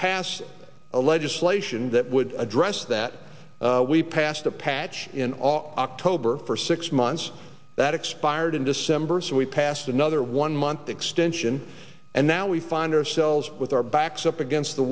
pass a legislation that would address that we passed a patch in all october for six months that expired in december so we passed another one month extension and now we find ourselves with our backs up against the